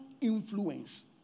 influence